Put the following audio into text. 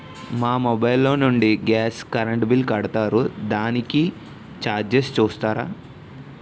మా మొబైల్ లో నుండి గాస్, కరెన్ బిల్ కడతారు దానికి చార్జెస్ చూస్తారా?